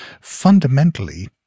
fundamentally